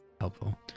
helpful